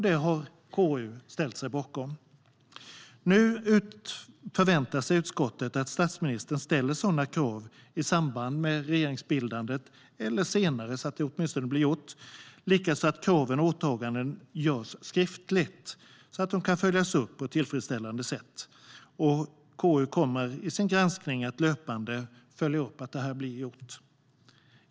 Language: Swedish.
Det har KU ställt sig bakom. Nu förväntar sig utskottet att statsministern ställer sådana krav i samband med regeringsbildandet, eller senare så att det åtminstone blir gjort, och likaså att kravet och åtagandena görs skriftligt så att de kan följas upp på ett tillfredsställande sätt. KU kommer att i sin granskning löpande följa upp att detta blir gjort.